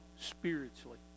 spiritually